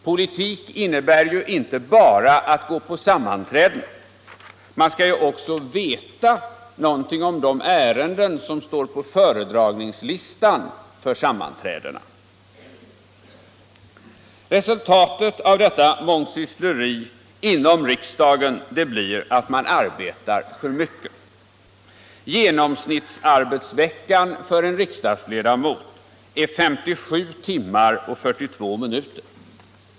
Politik innebär ju inte bara att gå på sammanträden, vi skall också veta någonting om de ärenden som står på föredragningslistan för sammanträdena. Resultatet av detta mångsyssleri inom riksdagen blir att man arbetar för mycket. Genomsnittsarbetsveckan för en riksdagsledamot är 57 timmar och 42 minuter.